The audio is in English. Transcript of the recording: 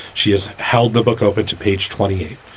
she has held the book opened to page twenty eight.